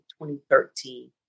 2013